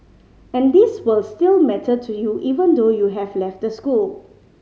and these will still matter to you even though you have left the school